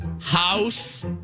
house